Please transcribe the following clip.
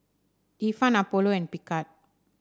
Ifan Apollo and Picard